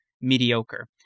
mediocre